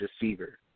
deceiver